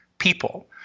People